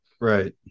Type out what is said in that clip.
Right